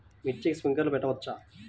మిర్చికి స్ప్రింక్లర్లు పెట్టవచ్చా?